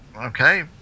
Okay